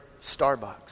Starbucks